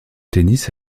tennis